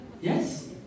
Yes